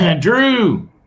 Drew